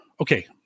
okay